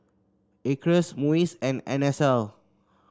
Acres MUIS and N S L